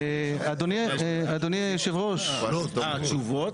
אדוני יושב הראש, לא דנו בנושא --- תשובות?